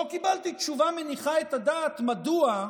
לא קיבלתי תשובה מניחה את הדעת מדוע,